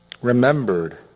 remembered